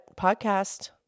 podcast